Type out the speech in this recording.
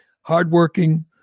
hardworking